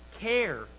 care